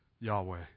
Yahweh